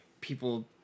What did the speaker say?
people